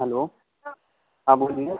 hello हाँ बोलिए